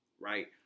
right